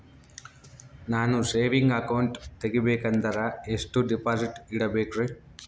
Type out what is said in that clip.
ನಾನು saving account ತೆಗಿಬೇಕಂದರ ಎಷ್ಟು ಡಿಪಾಸಿಟ್ ಇಡಬೇಕ್ರಿ?